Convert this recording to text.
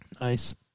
Nice